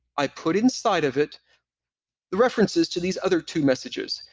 i put inside of it references to these other two messages.